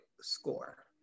score